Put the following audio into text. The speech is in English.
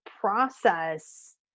process